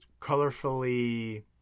colorfully